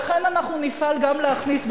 לכן אנחנו נפעל גם להכניס,